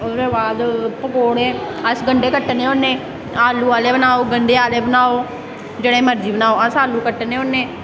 ओह्दै बाद पकौड़ै अस गेडे कड्ढने होन्ने आलू आह्ले बनाओ गंढे आह्ले बनाओ जेह्ड़े मर्जी बनाओ अस गंढे कट्टने होन्ने